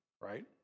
right